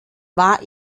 war